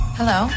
Hello